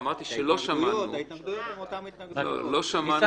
אמרתי שלא שמענו אותם ניסן,